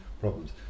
problems